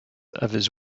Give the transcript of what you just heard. others